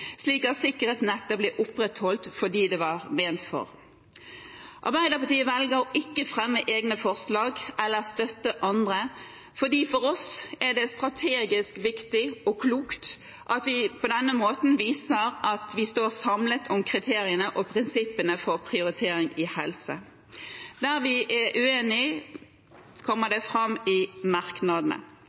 slik at sikkerhetsnettet blir opprettholdt for dem det var ment for. Arbeiderpartiet velger å ikke fremme egne forslag eller støtte andre, for for oss er det strategisk viktig og klokt at vi på denne måten viser at vi står samlet om kriteriene og prinsippene for prioritering i helse. Der vi er uenige, kommer det fram i merknadene.